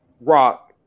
rock